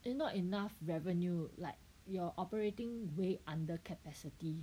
they not enough revenue like you're operating way under capacity